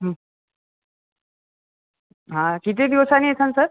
हां किती दिवसांनी येसान सर